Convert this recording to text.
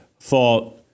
thought